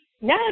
No